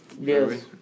Yes